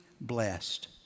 blessed